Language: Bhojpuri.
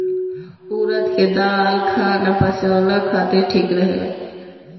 उड़द के दाल खाना पचावला खातिर ठीक रहेला